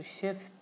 shift